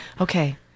Okay